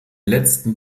letzten